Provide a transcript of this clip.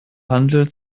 handel